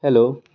hello